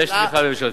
יש תמיכה ממשלתית.